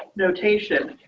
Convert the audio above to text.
notation.